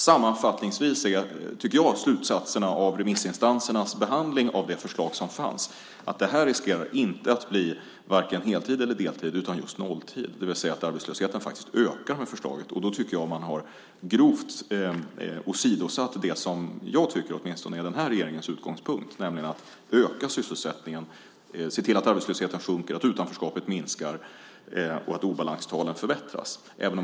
Sammanfattningsvis är slutsatserna av remissinstansernas behandling av det förslag som fanns att det inte riskerar att innebära vare sig heltid eller deltid utan just nolltid, det vill säga att arbetslösheten faktiskt ökar med förslaget. Då tycker jag att man grovt åsidosatt det som åtminstone är den här regeringens utgångspunkt, nämligen att öka sysselsättningen, se till att arbetslösheten sjunker, utanförskapet minskar och obalanstalen förbättras.